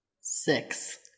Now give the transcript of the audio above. Six